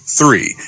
three